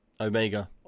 omega